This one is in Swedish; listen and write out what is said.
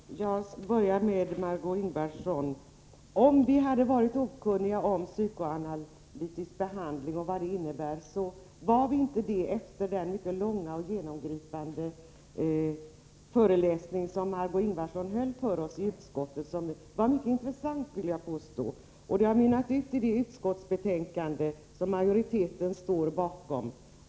Herr talman! Jag börjar med Margö Ingvardsson: Om vi tidigare var okunniga om psykoanalytisk behandling och vad den innebär var vi inte det efter den mycket långa och genomgripande föreläsning som Marg6ö Ingvardsson höll för oss i utskottet och som var mycket intressant, vill jag påstå. Det har mynnat ut i det utskottsbetänkande som majoriteten står bakom.